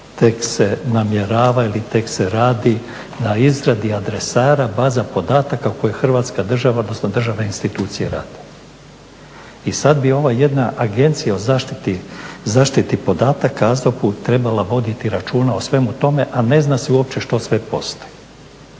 se tek namjerava ili tek se radi na izradi adresara baza podataka u kojoj Hrvatska država odnosno državne institucije rade. I sada bi ova jedna Agencija o zaštiti podataka AZOP-u trebala voditi računa o svemu tome, a ne zna se uopće što sve postoji.